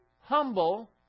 humble